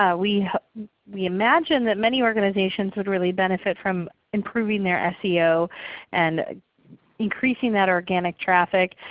ah we we imagine that many organizations would really benefit from improving their seo and increasing that organic traffic.